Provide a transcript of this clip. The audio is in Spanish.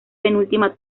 penúltima